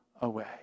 away